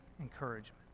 encouragement